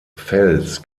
fels